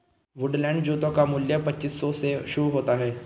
Woodland जूतों का मूल्य पच्चीस सौ से शुरू होता है